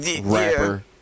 rapper